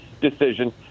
decision